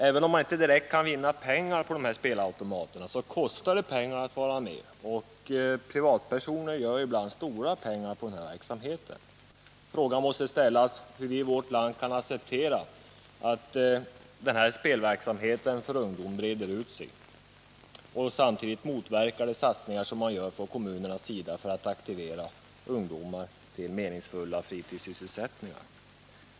Även om man inte direkt kan vinna pengar genom att spela på dessa automater så kostar det pengar att vara med. Privatpersoner gör ibland stora förtjänster genom att anordna spel av detta slag. Frågan måste ställas hur vi i vårt land kan acceptera att den här spelverksamheten för ungdom breder ut sig. Den motverkar också de satsningar som man gör från kommunernas sida för att aktivera ungdomar till meningsfulla fritidssysselsättningar.